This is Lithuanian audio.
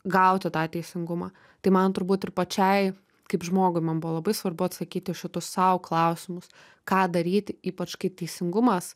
gauti tą teisingumą tai man turbūt ir pačiai kaip žmogui man buvo labai svarbu atsakyti į šitus sau klausimus ką daryti ypač kai teisingumas